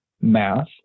math